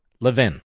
LEVIN